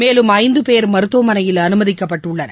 மேலும் ஐந்து பேர் மருத்துவமனையில் அனுமதிக்கப்பட்டுள்ளனர்